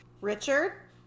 Richard